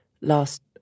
last